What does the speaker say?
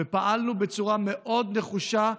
ופעלנו בצורה מאוד נחושה,